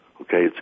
okay